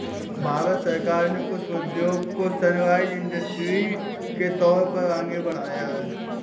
भारत सरकार ने पुष्प उद्योग को सनराइज इंडस्ट्री के तौर पर आगे बढ़ाया है